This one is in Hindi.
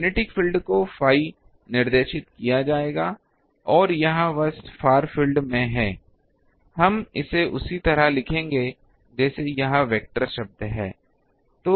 मैग्नेटिक फील्ड को phi निर्देशित किया जाएगा और यह बस फार फील्ड में है हम इसे उसी तरह से लिख सकते हैं जैसे यह वेक्टर शब्द है